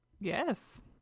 Yes